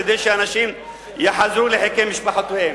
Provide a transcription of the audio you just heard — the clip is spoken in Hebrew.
כדי שאנשים יחזרו לחיק משפחותיהם.